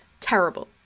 Terrible